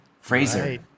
fraser